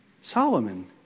Solomon